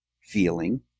feeling